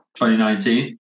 2019